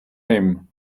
him